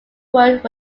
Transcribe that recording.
world